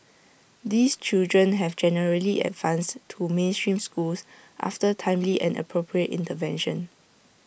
these children have generally advanced to mainstream schools after timely and appropriate intervention